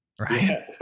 Right